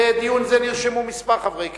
לדיון זה נרשמו כמה חברי כנסת.